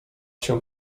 się